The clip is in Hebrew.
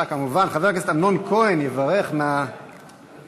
חבר הכנסת אמנון כהן, יוזם החוק, יברך מעל הבימה.